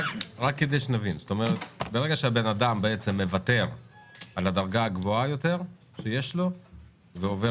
ברגע שבן-אדם מוותר על הדרגה הגבוהה יותר שיש לו ועובר